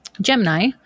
Gemini